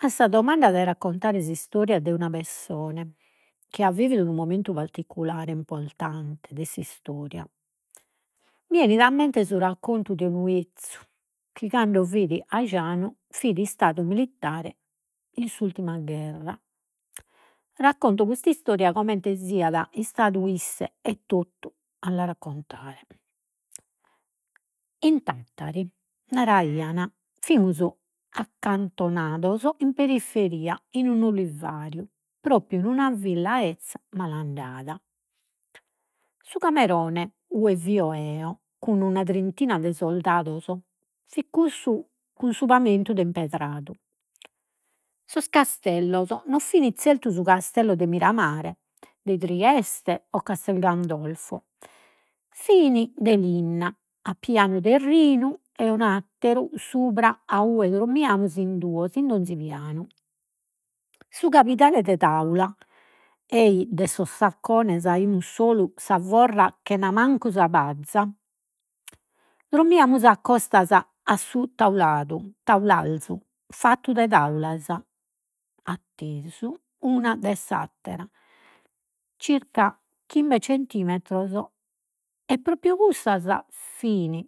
A sa domanda de raccontare s’istoria de una pessone, chi at vividu unu momentu particulare, importante de s’istoria, mi enit a mente su raccontu de unu ‘ezzu chi, cando fit ajanu, fit istadu militare in s’ultima gherra. Racconto custa istoria comente siat istadu isse e totu a la raccontare. In Tattari, naraiat, accantonados in periferia in un'olivariu, propriu in una villa malandada. Su camerone ue fio 'eo cun una trintina de soldados fit cun su pamentu de impedradu. Sos castellos no fini zertu su Castello de Miramare de Trieste o Castel Gandolfo, fini de linna a pianu terrinu, e un'atteru subra a ue drommiamus in duos in d’onzi pianu. Su cabidale de taula de sos saccones, aimus solu sa forra chena mancu sa paza. Drommiamus a costas a su tauladu taulalzu fattu de taulas, attesu una de s'attera circa chimbe centimetros e propriu cussas fin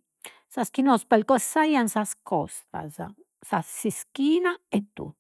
sas chi nos pelcossaian sas costas, s'ischina e totu.